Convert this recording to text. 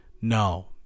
No